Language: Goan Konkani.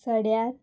सड्यार